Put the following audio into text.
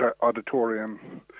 auditorium